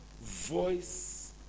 voice